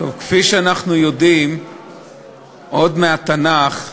כפי שאנחנו יודעים עוד מהתנ"ך,